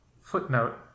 Footnote